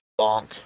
Bonk